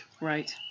Right